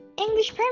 English